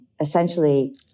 essentially